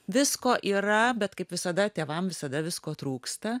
visko yra bet kaip visada tėvam visada visko trūksta